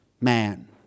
man